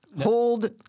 Hold